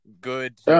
good